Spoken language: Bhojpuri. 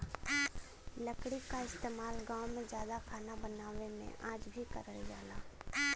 लकड़ी क इस्तेमाल गांव में जादा खाना बनावे में आज भी करल जाला